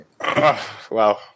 Wow